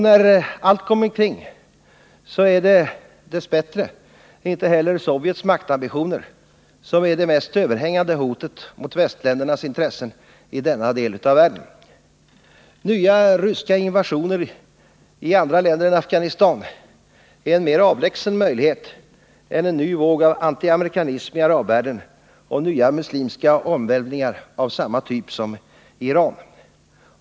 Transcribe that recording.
När allt kommer omkring är det inte heller Sovjets maktambitioner som är det mest överhängande hotet mot västländernas intressen i denna del av världen. Nya ryska invasioner i andra länder än Afghanistan är en mindre närliggande möjlighet än en ny våg av antiamerikanism i arabvärlden och nya muslimska omvälvningar av samma typ som i Iran.